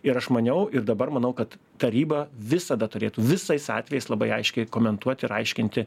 ir aš maniau ir dabar manau kad taryba visada turėtų visais atvejais labai aiškiai komentuoti ir aiškinti